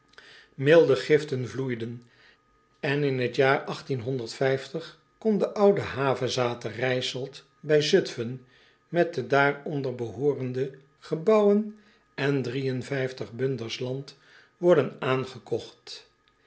milde giften vloeiden en in het jaar kon de oude havezathe r i j s s e l t bij zutfen met de daaronder behoorende gebouwen en bunders land worden aangekocht